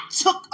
took